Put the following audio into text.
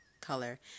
color